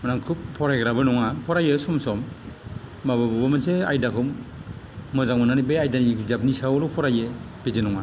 आं खुब फरायग्राबो नङा फरायो सम सम एखम्बा बबेबा मोनसे आयदाखौ मोजां मोननानै बे आयदानि बिजाबनि सायावल' फरायो बिदि नङा